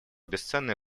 бесценный